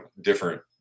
different